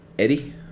Eddie